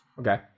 Okay